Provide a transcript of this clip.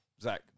Zach